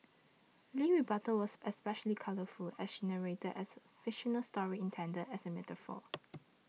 Lee's rebuttal was especially colourful as she narrated as fictional story intended as a metaphor